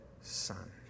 son